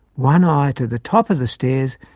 one eye to the top of the stairs,